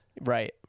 Right